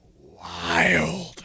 wild